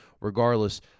regardless